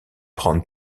prendre